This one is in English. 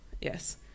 Yes